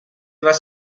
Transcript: was